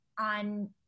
on